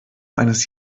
eines